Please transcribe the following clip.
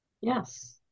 Yes